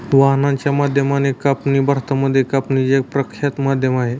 वाहनाच्या माध्यमाने कापणी भारतामध्ये कापणीच एक प्रख्यात माध्यम आहे